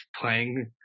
playing